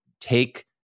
take